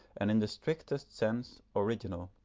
and in the strictest sense original.